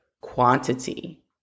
quantity